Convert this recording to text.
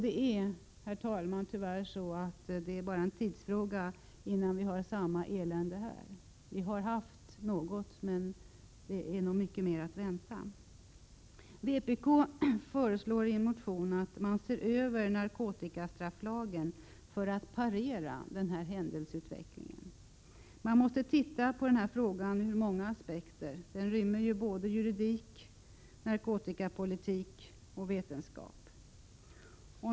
Det är, herr talman, tyvärr bara en tidsfråga innan vi har samma elände här. Vi har haft något av detta, men det är nog mycket mer att vänta. Vpk föreslår i en motion att man skall se över narkotikastrafflagen för att parera denna händelseutveckling. Man måste titta på denna fråga ur många aspekter. Den rymmer ju både juridik, narkotikapolitik och vetenskap.